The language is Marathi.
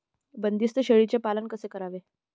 बंदिस्त शेळीचे पालन कसे करावे?